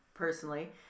personally